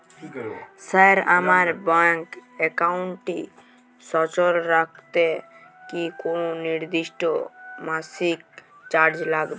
Sir আমার bank একাউন্টটি সচল রাখতে কি কোনো নির্দিষ্ট মাসিক চার্জ লাগবে?